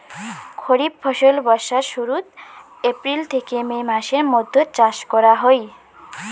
খরিফ ফসল বর্ষার শুরুত, এপ্রিল থেকে মে মাসের মৈধ্যত চাষ করা হই